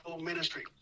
Ministry